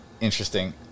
interesting